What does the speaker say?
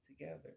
together